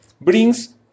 brings